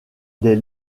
des